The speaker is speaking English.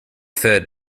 third